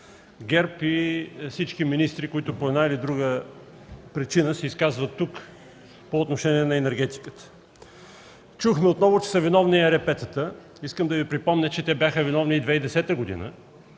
ГЕРБ и всички министри, които по една или друга причина се изказват тук по отношение на енергетиката. Чухме отново, че са виновни ЕРП-тата. Искам да Ви припомня, че те бяха виновни и в 2010 г.,